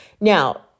Now